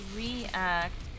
react